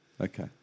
Okay